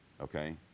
okay